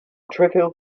trivial